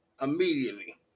Immediately